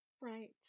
Right